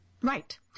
Right